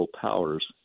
powers